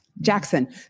Jackson